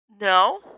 No